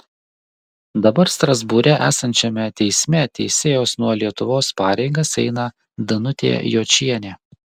dabar strasbūre esančiame teisme teisėjos nuo lietuvos pareigas eina danutė jočienė